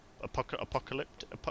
apocalyptic